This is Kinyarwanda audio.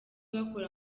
bakora